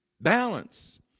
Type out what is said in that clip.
Balance